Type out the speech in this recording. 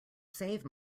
save